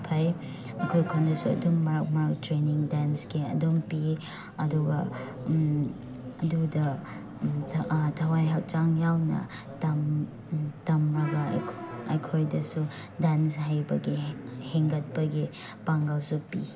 ꯐꯩ ꯑꯩꯈꯣꯏ ꯈꯨꯟꯗꯁꯨ ꯑꯗꯨꯝ ꯃꯔꯛ ꯃꯔꯛ ꯇ꯭ꯔꯦꯅꯤꯡ ꯗꯦꯟꯁꯀꯤ ꯑꯗꯨꯝ ꯄꯤꯌꯦ ꯑꯗꯨꯒ ꯑꯗꯨꯗ ꯊꯋꯥꯏ ꯍꯛꯆꯥꯡ ꯌꯥꯎꯅ ꯇꯝꯂꯒ ꯑꯩꯈꯣꯏꯗꯁꯨ ꯗꯥꯟꯁ ꯍꯩꯕꯒꯤ ꯍꯦꯟꯒꯠꯄꯒꯤ ꯄꯥꯡꯒꯜꯁꯨ ꯄꯤ